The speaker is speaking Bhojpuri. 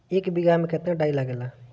एक बिगहा में केतना डाई लागेला?